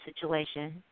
situation